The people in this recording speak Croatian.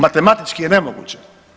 Matematički je nemoguće.